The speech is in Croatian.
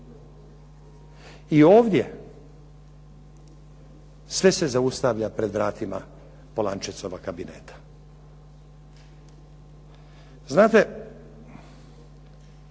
I ovdje sve se zaustavlja pred vratima Polančecova kabineta. Znate,